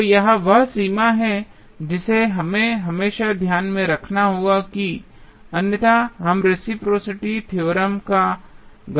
तो यह वह सीमा है जिसे हमें हमेशा ध्यान में रखना होगा अन्यथा हम रेसिप्रोसिटी थ्योरम का गलत तरीके से उपयोग करेंगे